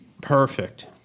Perfect